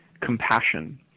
compassion